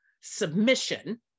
submission